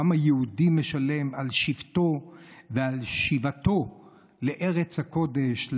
העם היהודי משלם על שבתו ועל שיבתו לארץ הקודש,